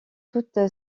toute